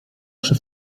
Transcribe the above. przy